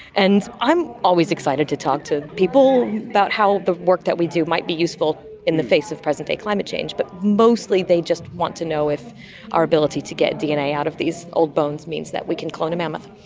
and i'm always excited to talk to people about how the work that we do might be useful in the face of present-day climate change, but mostly they just want to know if our ability to get dna out of these old bones means that we can clone a mammoth.